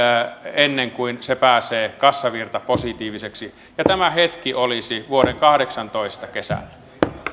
ennen kuin se pääsee kassavirtapositiiviseksi ja tämä hetki olisi vuoden kahdeksantoista kesällä